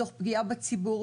תוך פגיעה בציבור,